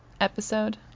episode